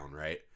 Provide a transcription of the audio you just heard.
right